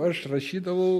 aš rašydavau